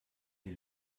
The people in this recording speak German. die